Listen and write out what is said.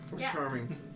Charming